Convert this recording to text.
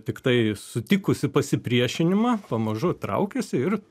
tiktai sutikusi pasipriešinimą pamažu traukiasi ir